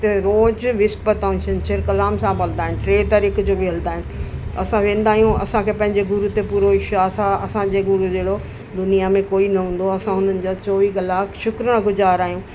हुते रोज़ु विसिपति अऊं छंछर कलाम साहिबु हलंदा आहिनि टीह तारीख़ जो बि हलंदा आहिनि असां वेंदा आहियूं असांखे पंहिंजे गुरु ते पूरो विश्वास आहे असांजे गुरु जहिड़ो दुनियां में कोई न हूंदो असां हुननि जा चोवीह कलाक शुक्रगुज़ारु आहियूं